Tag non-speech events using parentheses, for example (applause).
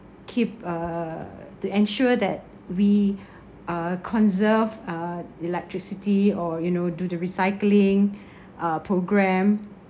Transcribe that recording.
keep uh to ensure that we (breath) uh conserve uh electricity or you know do the recycling uh programme